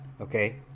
okay